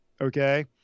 okay